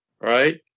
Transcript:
right